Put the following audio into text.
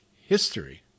history